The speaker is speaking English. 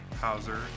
hauser